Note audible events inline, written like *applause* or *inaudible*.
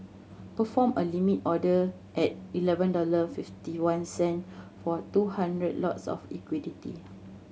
perform a Limit order at eleven dollar fifty one cent for two hundred lots of *unintelligible*